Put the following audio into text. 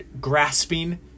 grasping